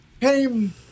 came